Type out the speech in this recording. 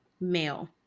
male